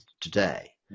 today